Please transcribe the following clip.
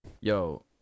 Yo